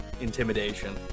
intimidation